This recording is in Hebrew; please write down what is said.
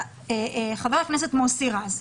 חבר הכנסת מוסי רז,